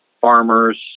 farmers